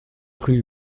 rue